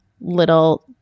little